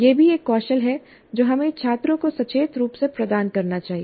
यह भी एक कौशल है जो हमें छात्रों को सचेत रूप से प्रदान करना चाहिए